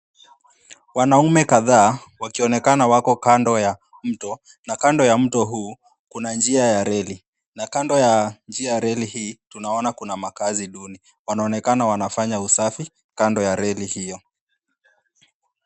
Wanaume kadhaa wakionekana wakiwa kando ya mto na kando ya mto huu kuna njia ya reli, na kando ya njia yareli hii kuna makazi duni. Wanaonekana wanafanya usafi kando ya reli hiyo.